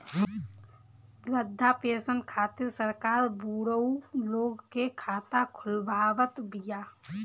वृद्धा पेंसन खातिर सरकार बुढ़उ लोग के खाता खोलवावत बिया